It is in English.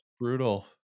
brutal